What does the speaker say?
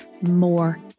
more